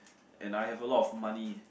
and I have a lot of money